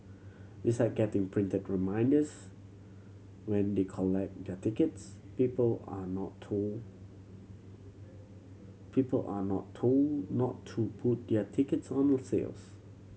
besides getting printed reminders when they collect their tickets people are told people are not told not to put their tickets on the sales